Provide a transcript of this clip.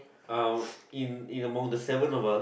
um in in the about the seven of us